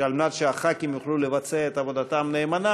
שעל מנת שחברי הכנסת יוכלו לבצע את עבודתם נאמנה,